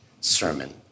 sermon